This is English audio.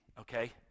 okay